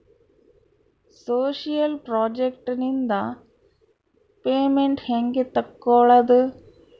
Social project ನಿಂದ payment ಹೆಂಗೆ ತಕ್ಕೊಳ್ಳದು?